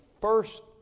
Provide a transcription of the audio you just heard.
first